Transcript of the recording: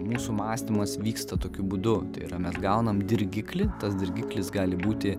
mūsų mąstymas vyksta tokiu būdu tai yra mes gaunam dirgiklį tas dirgiklis gali būti